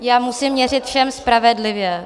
Já musím měřit všem spravedlivě.